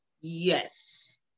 yes